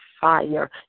fire